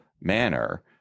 manner